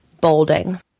bolding